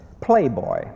playboy